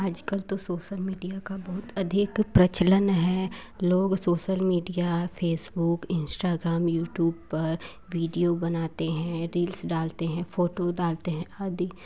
आजकल तो social media का बहुत अधिक प्रचलन है लोग सोशल मीडिया है फेसबुक इंस्टाग्राम यूट्यूब पर वीडियो बनाते हैं रील्स डालते हैं फोटो डालते हैं आदि